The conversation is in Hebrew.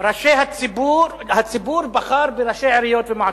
הציבור בחר בראשי עיריות ומועצות.